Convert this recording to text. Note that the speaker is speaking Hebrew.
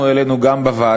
אנחנו העלינו את זה גם בוועדה,